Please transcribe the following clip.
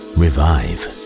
revive